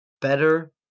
better